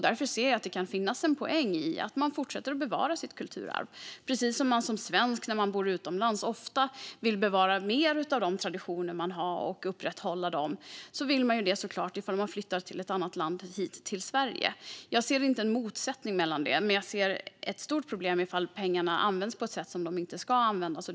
Därför ser jag att det kan finnas en poäng med att man fortsätter bevara sitt kulturarv. Precis som man som svensk när man bor utomlands ofta vill bevara och upprätthålla mer av de traditioner man har vill man såklart det om man flyttar från ett annat land hit till Sverige. Jag ser inte att det innebär en motsättning, men jag ser ett stort problem i om pengarna används på ett sätt som de inte ska användas på.